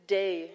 day